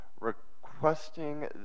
requesting